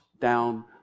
down